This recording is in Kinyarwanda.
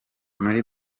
muri